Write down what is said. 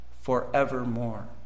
forevermore